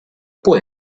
può